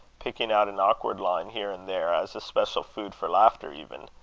picking out an awkward line here and there as especial food for laughter even.